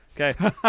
Okay